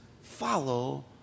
follow